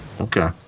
Okay